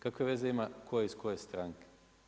Kakve veze ima tko je iz koje stranke?